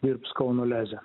dirbs kauno leze